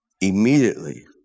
Immediately